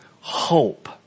Hope